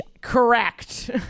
correct